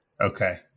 Okay